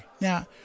Now